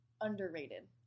underrated